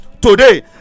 today